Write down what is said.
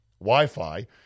Wi-Fi